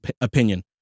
opinion